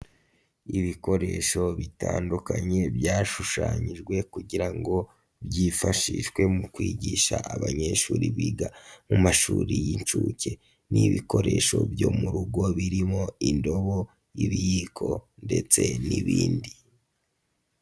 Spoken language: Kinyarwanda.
Ibikoresho bitandukanye byashushanyijwe kugira ngo byifashishwe mu kwigisha abanyeshuri biga mu mashuri y'inshuke, ni ibikoresho byo mu rugo birimo indobo y'ibiyiko ndetse n'ibindi.